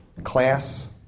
Class